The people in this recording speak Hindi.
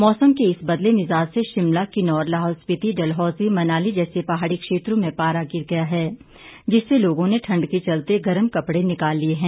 मौसम के इस बदले मिजाज से शिमला किन्नौर लाहौल स्पीति डलहौजी मनाली जैसे पहाड़ी क्षेत्रों में पारा गिर गया है जिससे लोगों ने ठंड के चलते गर्म कपड़े निकाल लिए हैं